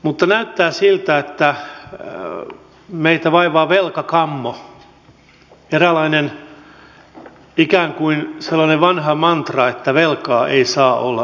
mutta näyttää siltä että meitä vaivaa velkakammo eräänlainen ikään kuin sellainen vanha mantra että velkaa ei saa olla yhtään